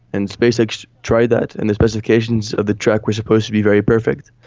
and spacex tried that and the specifications of the tracks were supposed to be very perfect,